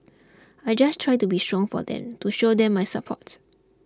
I just try to be strong for them to show them my support